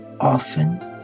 often